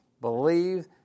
Believe